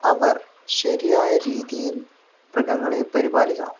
അവർ ശരിയായ രീതിയിൽ മൃഗങ്ങളെ പരിപാലിക്കണം